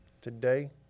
Today